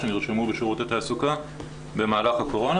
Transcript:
שנרשמו בשירות התעסוקה במהלך הקורונה,